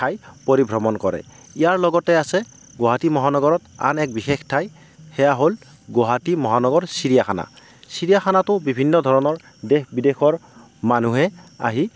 ঠাই পৰিভ্ৰমণ কৰে ইয়াৰ লগতে আছে গুৱাহাটী মহানগৰত আন এক বিশেষ ঠাই সেয়া হ'ল গুৱাহাটী মহানগৰ চিৰিয়াখানা চিৰিয়াখানাতো বিভিন্ন ধৰণৰ দেশ বিদেশৰ মানুহে আহি